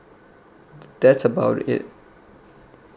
that's about it